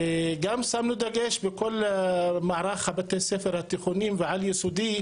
גם שמנו דגש בכל מערך בתי הספר התיכוניים והעל-יסודי,